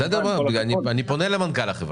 בסדר גמור, אני פונה למנכ"ל החברה.